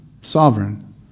sovereign